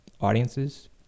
Audiences